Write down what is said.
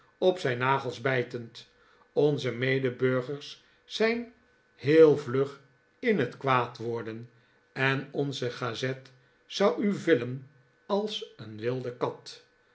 op zijn nagels bijtend onze medeburgers zijn heel vlug in het kwaad worden en onze gazette zou u villen als een wilde kat